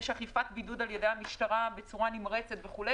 יש אכיפת בידוד על ידי המשטרה בצורה נמרצת וכו',